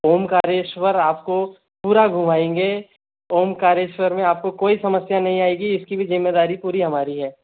ओंकारेश्वर आपको पूरा घुमाएंगे ओंकारेश्वर मे आपको कोई समस्या नहीं आयेंगी इसकी भी जिम्मेदारी पूरी हमारी है